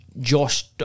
Josh